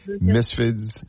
Misfits